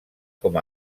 com